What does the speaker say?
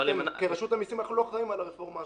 כרשות המסים אנחנו לא אחראים על הרפורמה הזו.